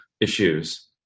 issues